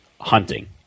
hunting